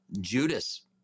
Judas